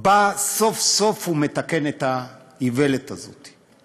בא סוף-סוף ומתקן את האיוולת הזאת.